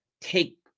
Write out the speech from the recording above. take